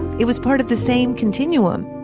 it was part of the same continuum